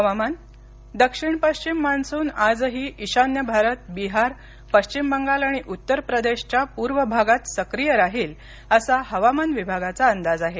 हवामान दक्षिण पश्चिम मान्सून आजही ईशान्य भारत बिहार पश्चिम बंगाल आणि उत्तर प्रदेशच्या पूर्व भागात सक्रिय राहील असा हवामान विभागाचा अंदाज आहे